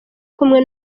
kumwe